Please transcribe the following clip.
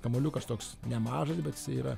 kamuoliukas toks nemažas bet jisai yra